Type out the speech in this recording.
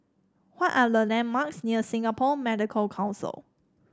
what are the landmarks near Singapore Medical Council